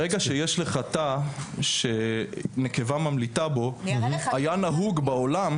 ברגע שיש לך תא שנקבה ממליטה בו היה נהוג בעולם